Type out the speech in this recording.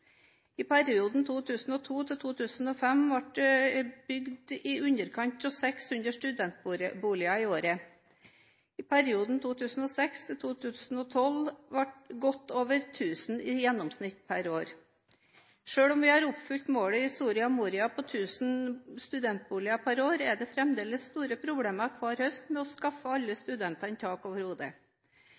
I perioden 2002 til 2005 ble det bygd i underkant av 600 studentboliger i året – i perioden 2006 til 2012 ble det godt over 1 000 i gjennomsnitt per år. Selv om vi har oppfylt målet i Soria Moria om 1 000 studentboliger per år, er det fremdeles hver høst store problemer med å skaffe alle studentene tak